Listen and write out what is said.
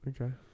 Okay